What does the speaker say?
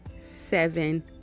seven